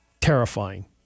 terrifying